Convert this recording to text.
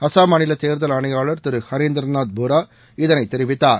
அசாம் மாநில தேர்தல்ஆணையாளர் திரு ஹரேந்திர நாத் போரா இதை தெரிவித்தார்